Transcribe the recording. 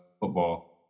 football